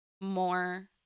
more